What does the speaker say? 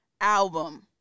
album